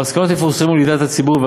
המסקנות יפורסמו לידיעת הציבור,